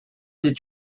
did